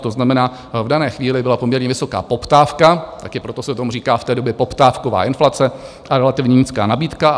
To znamená, v dané chvíli byla poměrně vysoká poptávka taky proto se tomu říká v té době poptávková inflace a relativně nízká nabídka.